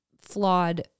flawed